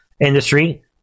industry